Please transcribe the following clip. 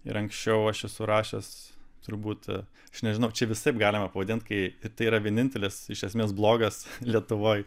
ir anksčiau aš esu rašęs turbūt aš nežinau čia visaip galima pavadint kai tai yra vienintelis iš esmės blogas lietuvoj